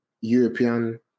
European